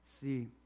See